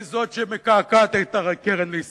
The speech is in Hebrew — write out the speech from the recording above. היא שמקעקעת את הקרן החדשה לישראל.